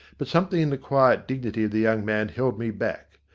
but something in the quiet dignity of the young man held me back.